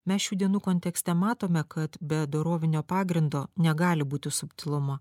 mes šių dienų kontekste matome kad be dorovinio pagrindo negali būti subtilumo